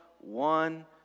one